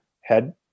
head